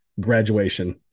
graduation